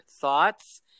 thoughts